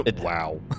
Wow